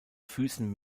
füßen